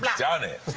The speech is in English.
done it!